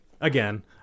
Again